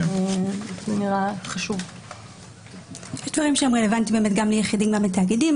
יש דברים שהם רלוונטיים גם ליחידים וגם לתאגידים.